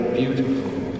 beautiful